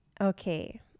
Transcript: okay